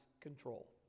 control